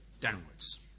downwards